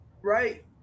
Right